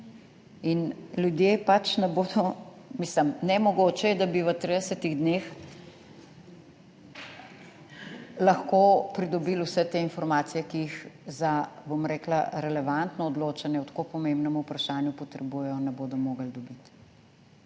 in ljudje ne bodo, mislim, nemogoče je, da bi v 30-ih dneh lahko pridobili vse te informacije, ki jih za, bom rekla, relevantno odločanje o tako pomembnem vprašanju potrebujejo, ne bodo mogli dobiti.